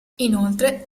inoltre